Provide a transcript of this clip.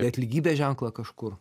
dėt lygybės ženklą kažkur